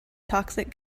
toxic